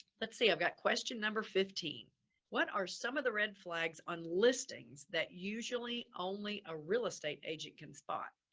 let's see, i've got question number fifteen what are some of the red flags on listings that usually only a real estate agent can spot?